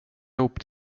ihop